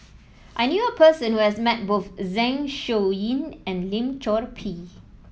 I knew a person who has met both Zeng Shouyin and Lim Chor Pee